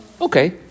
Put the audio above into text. Okay